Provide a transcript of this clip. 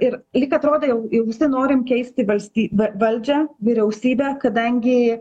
ir lyg atrodo jau jau visi norim keisti valsty va valdžią vyriausybę kadangi